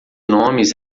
nomes